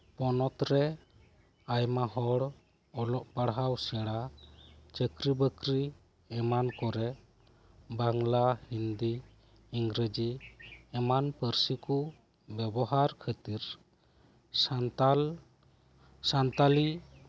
ᱯᱚᱱᱚᱛ ᱨᱮ ᱟᱭᱢᱟ ᱦᱚᱲ ᱚᱞᱚᱜ ᱯᱟᱲᱦᱟ ᱥᱮᱬᱟ ᱪᱟᱠᱨᱤ ᱵᱟᱹᱠᱨᱤ ᱮᱢᱟᱱ ᱠᱚᱨᱮᱵᱟᱝᱞᱟ ᱦᱤᱱᱫᱤ ᱤᱝᱨᱮᱡᱤᱮᱢᱟᱱ ᱯᱟᱹᱨᱥᱤ ᱠᱚ ᱵᱮᱵᱚᱦᱟᱨ ᱠᱷᱟᱹᱛᱤᱨ ᱥᱟᱱᱛᱟᱲ ᱥᱟᱱᱛᱟᱲᱤ